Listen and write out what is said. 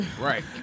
right